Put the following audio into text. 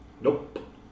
Nope